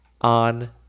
on